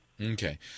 Okay